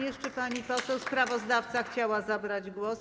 Jeszcze pani poseł sprawozdawca chciała zabrać głos.